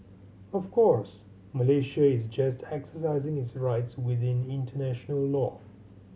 of course Malaysia is just exercising its rights within international law